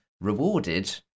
rewarded